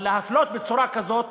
אבל להפלות בצורה כזאת,